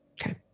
Okay